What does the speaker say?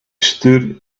stood